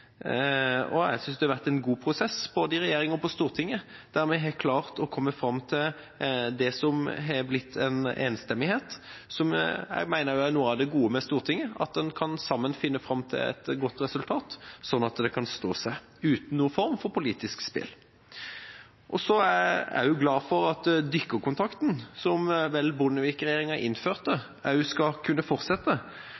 viktig. Jeg synes det har vært en god prosess i regjeringa og Stortinget, der vi har klart å komme fram til en enstemmig innstilling, som jeg mener også er noe av det gode med Stortinget, at en sammen kan finne fram til et godt resultat, sånn at det kan stå seg uten noen form for politisk spill. Jeg er også glad for at Dykkerkontakten, som Bondevik-regjeringen innførte,